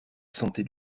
santé